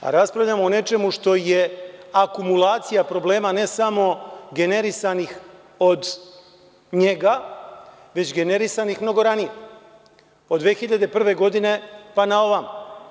Raspravljamo o nečemu što je akumulacija problema ne samo generisanih od njega, već generisanih mnogo ranije, od 2001. godine, pa na ovamo.